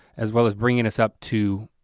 as well as bringing us up to